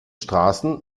straßen